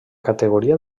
categoria